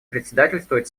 председательствует